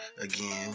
again